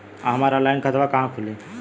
हमार ऑनलाइन खाता कहवा खुली?